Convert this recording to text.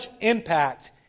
impact